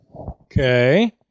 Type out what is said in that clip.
Okay